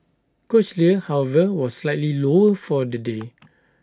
cochlear however was slightly lower for the day